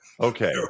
Okay